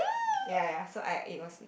ya ya so I it was